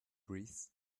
bruise